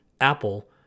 Apple